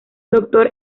doctor